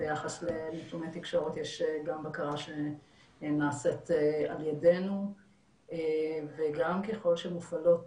ביחס לנתוני תקשורת יש גם בקרה שנעשית על ידינו וגם ככל שמופעלות